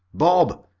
bob!